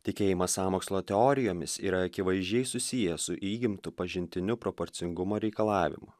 tikėjimas sąmokslo teorijomis yra akivaizdžiai susijęs su įgimtu pažintiniu proporcingumo reikalavimu